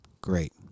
great